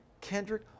Kendrick